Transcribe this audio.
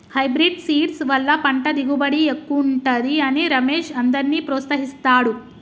hybrid seeds వల్ల పంట దిగుబడి ఎక్కువుంటది అని రమేష్ అందర్నీ ప్రోత్సహిస్తాడు